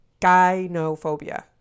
Gynophobia